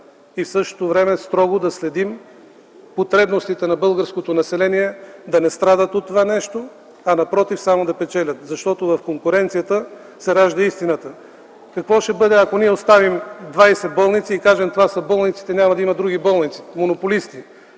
и в същото време строго да следим потребностите на българското население да не страдат от това нещо, а, напротив, само да печелят. Защото в конкуренцията се ражда истината. Какво ще бъде, ако ние оставим 20 болници и кажем: това са болниците, няма да има други болници? Монополисти!